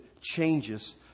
changes